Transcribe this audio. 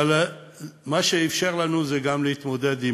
אבל מה שזה אפשר לנו זה גם להתמודד עם